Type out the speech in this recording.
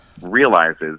realizes